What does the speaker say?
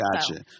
Gotcha